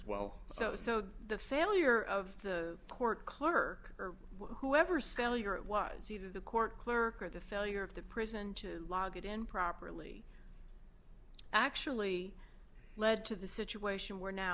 well so so the failure of the court clerk or whoever stole your it was either the court clerk or the failure of the prison to log it in properly actually led to the situation we're now